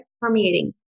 permeating